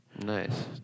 Nice